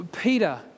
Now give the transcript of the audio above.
Peter